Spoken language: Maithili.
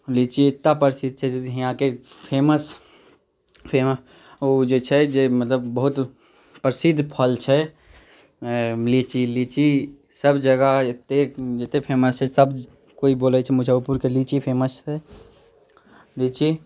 लीची इतना प्रसिद्ध छै यहाँके फेमस फेम ओ जे छै जे मतलब बहुत प्रसिद्ध फल छै लीची लीची सभ जगह एतेक फेमस छै सभ केओ बोलैत छै मुजफ्फरपुरके लीची फेमस छै लीची